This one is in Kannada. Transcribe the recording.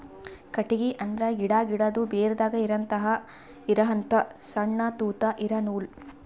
ಕಟ್ಟಿಗಿ ಅಂದ್ರ ಗಿಡಾ, ಗಿಡದು ಬೇರದಾಗ್ ಇರಹಂತ ಸಣ್ಣ್ ತೂತಾ ಇರಾ ನೂಲ್